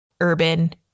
Urban